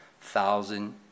thousand